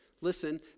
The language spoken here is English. listen